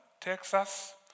Texas